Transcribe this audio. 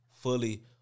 fully